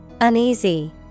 Uneasy